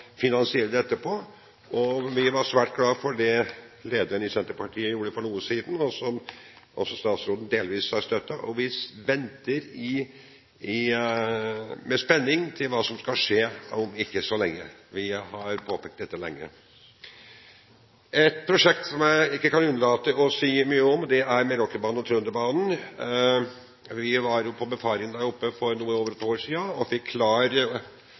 finansiere dette på. Vi var svært glad for det som lederen i Senterpartiet gjorde for litt siden, som statsråden også delvis har støttet, og vi venter i spenning på hva som skal skje om ikke så lenge. Vi har påpekt dette lenge. Et prosjekt jeg ikke kan unnlate å si mye om, er Meråkerbanen og Trønderbanen. Vi var på befaring der oppe for noe over ett år siden og fikk da en klar